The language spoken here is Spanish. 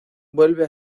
vuelve